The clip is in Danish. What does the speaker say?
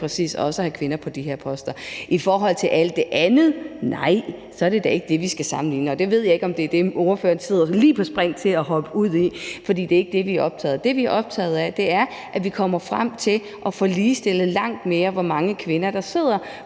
præcis også at have kvinder på de her poster. I forhold til alt det andet vil jeg sige: Nej, så er det da ikke dem, vi skal sammenligne os med. Jeg ved ikke, om det er det, ordføreren sidder lige på spring til at hoppe ud i, men det er ikke det, vi er optaget af. Det, vi er optaget af, er, at vi når frem til at få ligestillet langt mere, i forhold til hvor mange kvinder der sidder